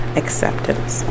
acceptance